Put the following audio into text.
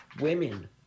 women